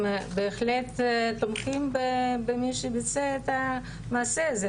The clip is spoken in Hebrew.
הם בהחלט תומכים במי שביצע את המעשה הזה,